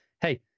Hey